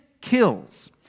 kills